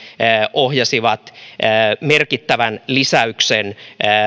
ohjasivat postille merkittävän lisäyksen